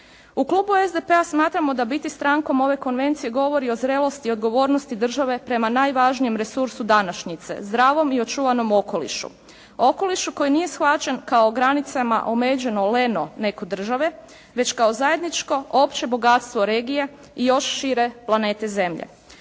U Klubu SDP-a smatramo da biti strankom ove konvencije govori o zrelosti i odgovornosti države prema najvažnijem resursu današnjice, zdravom i očuvanom okolišu. Okolišu koji nije shvaćen kao granicama omeđeno leno neke države već kao zajedničko opće bogatstvo regije i još šire planete Zemlje.